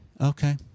Okay